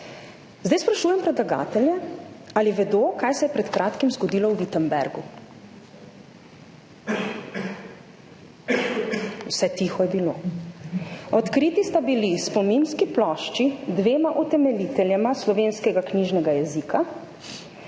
Zdaj sprašujem predlagatelje, ali vedo, kaj se je pred kratkim zgodilo v Wittenbergu. Vse tiho je bilo. Odkriti sta bili spominski plošči dvema utemeljiteljema slovenskega knjižnega jezika.